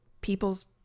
people's